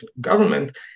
government